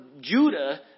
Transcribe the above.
Judah